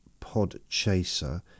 Podchaser